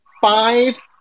five